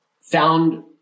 found